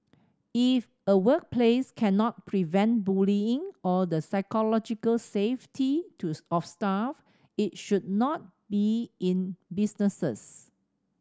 if a workplace cannot prevent bullying or the psychological safety to of staff it should not be in business